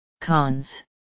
Cons